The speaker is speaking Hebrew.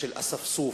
אספסוף,